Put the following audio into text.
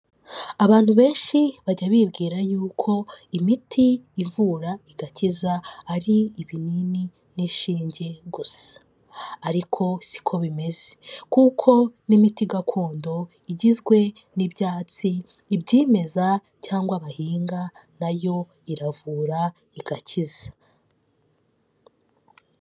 Abantu benshi bajya bibwira yuko imiti ivura igakiza ari ibinini n'ishinge gusa, ariko si ko bimeze kuko n'imiti gakondo igizwe n'ibyatsi, ibyemeza cyangwa bahinga na yo iravura igakiza.